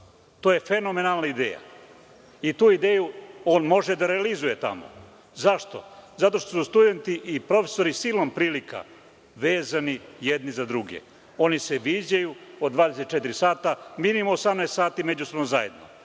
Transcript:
je fenomenalna ideja. Tu ideju on može da realizuje tamo. Zašto? Zato što su studenti i profesori silom prilika vezani jedni za druge. Oni se viđaju od 24 sata, minimum 18 sati su međusobno zajedno.